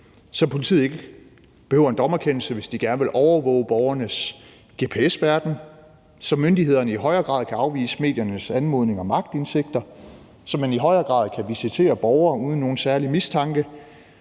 så politiet ikke behøver en dommerkendelse, hvis de gerne vil overvåge borgernes gps-færden, så myndighederne i højere grad kan afvise mediernes anmodning om aktindsigt, og så man i højere grad kan visitere borgere uden nogen særlig mistanke.